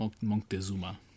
Montezuma